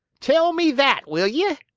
tell me that, will ye?